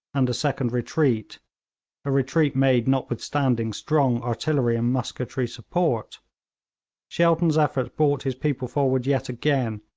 and a second retreat a retreat made notwithstanding strong artillery and musketry support shelton's efforts brought his people forward yet again,